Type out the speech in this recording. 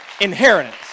inheritance